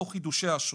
או חידושי אשרות.